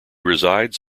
resides